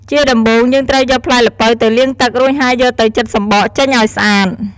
ជាដំបូងយើងត្រូវយកផ្លែល្ពៅទៅលាងទឹក រួចហើយយកទៅចិតចំបកចេញឱ្យស្អាត។